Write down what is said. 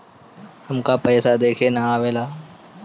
हमका पइसा देखे ना आवेला?